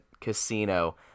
Casino